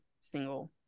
single